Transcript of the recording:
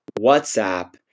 WhatsApp